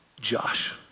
josh